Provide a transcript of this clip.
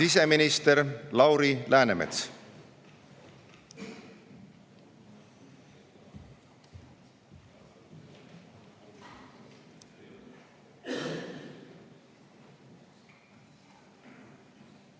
Siseminister Lauri Läänemets.